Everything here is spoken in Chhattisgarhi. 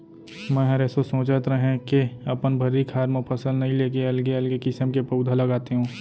मैंहर एसो सोंचत रहें के अपन भर्री खार म फसल नइ लेके अलगे अलगे किसम के पउधा लगातेंव